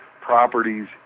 properties